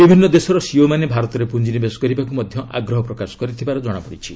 ବିଭିନ୍ନ ଦେଶର ସିଇଓମାନେ ଭାରତରେ ପ୍ରଞ୍ଜିନିବେଶ କରିବାକ୍ ମଧ୍ୟ ଆଗ୍ରହ ପ୍ରକାଶ କରିଥିବାର ଜଣାପଡ଼ିଛି